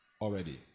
already